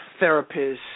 therapists